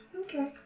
Okay